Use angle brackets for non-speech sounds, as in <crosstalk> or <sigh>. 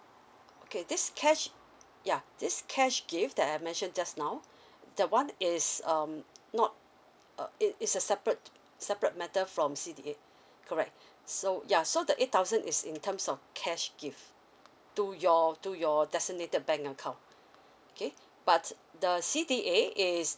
okay this cash yeah this cash gift that I mentioned just now <breath> that one is um not uh it it a separate separate matter from C_D_A correct so ya so the eight thousand is in terms of cash gift to your to your designated bank account okay but the C_D_A is